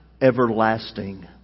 everlasting